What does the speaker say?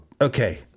Okay